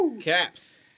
Caps